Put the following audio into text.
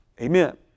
Amen